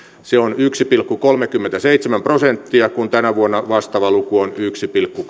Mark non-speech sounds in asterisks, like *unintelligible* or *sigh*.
se on yksi pilkku kolmekymmentäseitsemän prosenttia kun tänä vuonna vastaava luku on yhden pilkku *unintelligible*